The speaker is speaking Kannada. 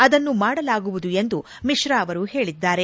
ಅದನ್ನು ಮಾಡಲಾಗುವುದು ಎಂದು ಮಿತ್ರಾ ಅವರು ಹೇಳಿದ್ದಾರೆ